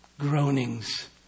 groanings